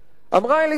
"אמרה אליזבת: